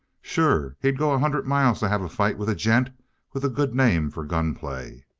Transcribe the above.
sure. he'd go a hundred miles to have a fight with a gent with a good name for gunplay.